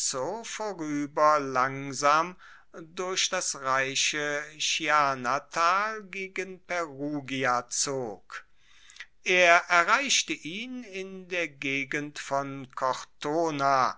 langsam durch das reiche chianatal gegen perugia zog er erreichte ihn in der gegend von cortona